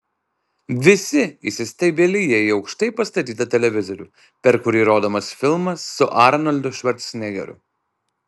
visi įsistebeilija į aukštai pastatytą televizorių per kurį rodomas filmas su arnoldu švarcnegeriu